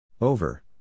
Over